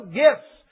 gifts